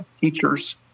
teachers